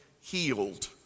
healed